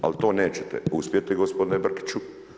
Ali to nećete uspjeti gospodine Brkiću.